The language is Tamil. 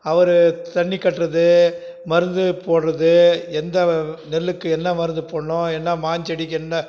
அவர் தண்ணி கட்டுறது மருந்து போடுறது எந்த நெல்லுக்கு என்ன மருந்து போடணும் என்ன மாஞ்செடிக்கு என்ன